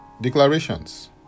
Declarations